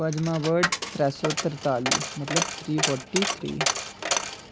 पंजमां वर्ड त्रै सौ तरताली मतलब थ्री फोर्टी थ्री